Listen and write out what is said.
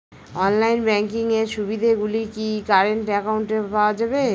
Online banking এর সুবিধে গুলি কি কারেন্ট অ্যাকাউন্টে পাওয়া যাবে?